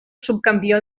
subcampió